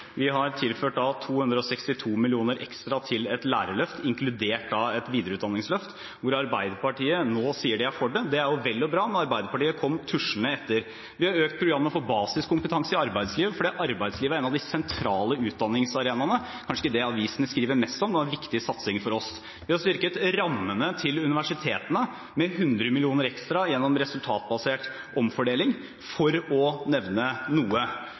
Vi har tilført 262 mill. kr ekstra til et lærerløft, inkludert et videreutdanningsløft – Arbeiderpartiet sier nå at de er for det, og det er jo vel og bra når Arbeiderpartiet kommer tuslende etter. Vi har økt programmet for basiskompetanse i arbeidslivet, fordi arbeidslivet er en av de sentrale utdanningsarenaene. Det er kanskje ikke det avisene skriver mest om, men det er en viktig satsing for oss. Vi har styrket rammene til universitetene med 100 mill. kr ekstra gjennom resultatbasert omfordeling – for å nevne noe.